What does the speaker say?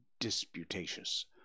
disputatious